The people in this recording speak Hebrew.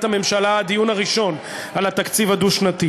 הממשלה הדיון הראשון על התקציב הדו-שנתי,